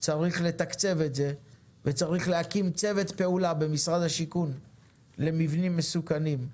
צריך לתקצב את זה וצריך להקים צוות פעולה במשרד השיכון למבנים מסוכנים,